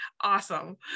Awesome